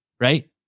right